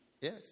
Yes